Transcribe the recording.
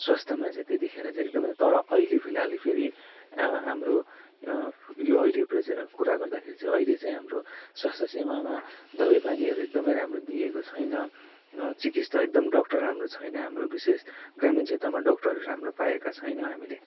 स्वस्थ्यमा चाहिँ त्यतिखेर चाहिँ एकदमै तर अहिले फिलहाल फेरि हाम्रो यो अहिले प्रेजेन्ट कुरा गर्दाखेरि चाहिँ अहिले चाहिँ हाम्रो स्वस्थ्य सेवामा दबाईपानीहरू एकदमै राम्रो दिएको छैन चिकित्सा एकदम डक्टर राम्रो छैन हाम्रो विशेष ग्रामीण क्षेत्रमा डक्टरहरू राम्रो पाएका छैनौँ हामीले